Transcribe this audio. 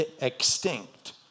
extinct